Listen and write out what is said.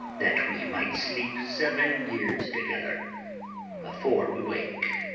that we might sleep seven years together afore we wake!